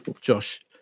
josh